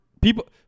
people